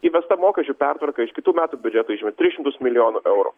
įvesta mokesčių pertvarka iš kitų metų biudžeto išėmė tris šimtus milijonų eurų